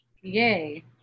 Yay